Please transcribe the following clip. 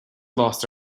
lost